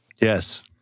Yes